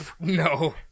No